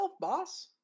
boss